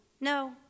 No